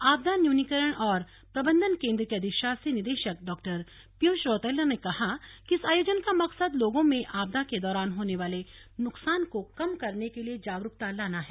आपदा न्यूनीकरण और प्रबंधन केंद्र के अधिशासी निदेशक डॉ पीयूष रौतेला ने कहा कि इस आयोजन का मकसद लोगों में आपदा के दौरान होने वाले नुकसान को कम करने के लिए जागरुकता लाना है